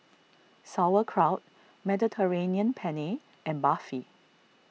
Sauerkraut Mediterranean Penne and Barfi